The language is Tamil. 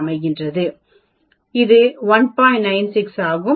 96 ஆகும்